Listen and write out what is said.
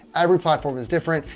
every platform is different.